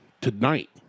tonight